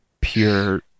pure